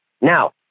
Now